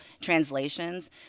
translations